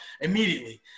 immediately